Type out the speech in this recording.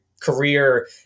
career